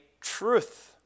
truth